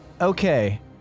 Okay